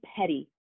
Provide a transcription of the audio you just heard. petty